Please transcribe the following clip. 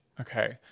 Okay